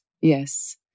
yes